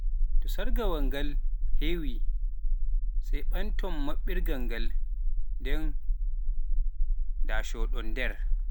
So sargawal ngal heewi, sai ɓantom maɓɓirgal ngal nden ndashoo ɓon nder.